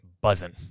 buzzing